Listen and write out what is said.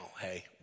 hey